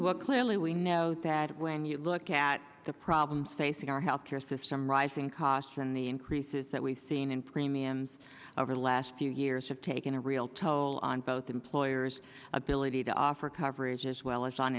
what clearly we know that when you look at the problems facing our health care system rising costs and the increases that we've seen in premiums over the last two years have taken a real toll on both employers ability to offer coverage as well as